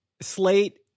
Slate